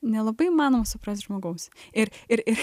nelabai įmanoma suprast žmogaus ir ir ir